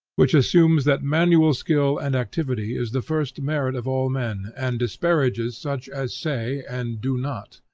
which assumes that manual skill and activity is the first merit of all men, and disparages such as say and do not,